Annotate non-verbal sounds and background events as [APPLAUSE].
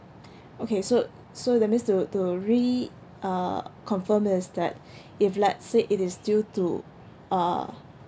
[BREATH] okay so so that means to to re~ uh confirm is that [BREATH] if let's say it is due to uh